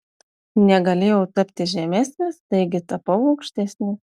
negalėjau tapti žemesnis taigi tapau aukštesnis